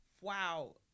wow